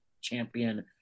champion